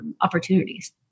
opportunities